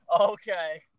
Okay